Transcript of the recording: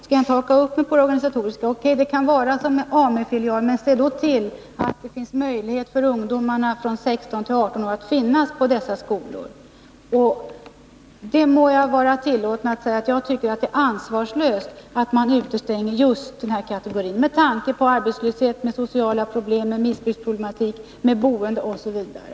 Verksamheten kan bedrivas som AMU-filial — men se då till att det finns möjligheter för ungdomar från 16-18 år att finnas på dessa skolor! Jag må vara tillåten att säga att jag tycker det är ansvarslöst att utestänga just den här kategorin ungdomar, med tanke på arbetslöshet, sociala problem med missbruksproblematik, boende osv.